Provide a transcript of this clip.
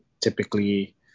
typically